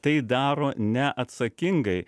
tai daro neatsakingai